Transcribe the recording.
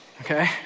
okay